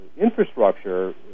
infrastructure